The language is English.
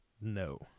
No